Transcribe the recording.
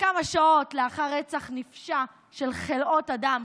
כמה שעות לאחר רצח נפשע מצד חלאות אדם,